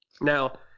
Now